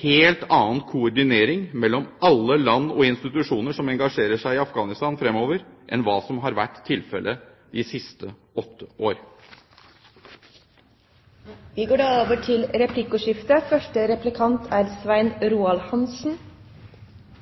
helt annen koordinering mellom alle land og institusjoner som engasjerer seg i Afghanistan fremover, enn hva som har vært tilfellet de siste åtte år. Det blir replikkordskifte. Hvis representanten Høglunds erklæring om at skatt er